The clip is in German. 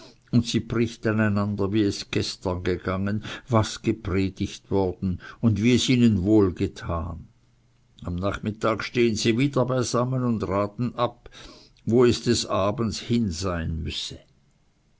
und sie beichten einander wie es gestern gegangen was gepredigt worden und wie es ihnen wohlgetan am nachmittag stehen sie wieder beisammen und raten ab wo es des abends aus gehen müsse